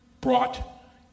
brought